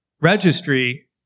registry